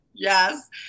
Yes